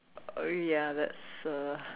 uh ya that's a